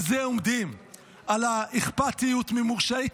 ממס על תגמול מילואים ונקודות זיכוי מס למשרת מילואים פעיל),